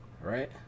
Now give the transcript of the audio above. Right